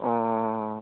অঁ